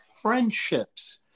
friendships